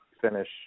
finish